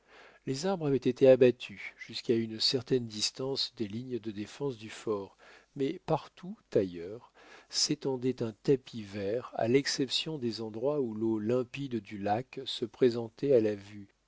les arbres avaient été abattus jusqu'à une certaine distance des lignes de défense du fort mais partout ailleurs s'étendait un tapis vert à l'exception des endroits où l'eau limpide du lac se présentait à la vue